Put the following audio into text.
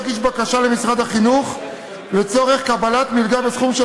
להגיש בקשה למשרד החינוך לצורך קבלת מלגה בסכום של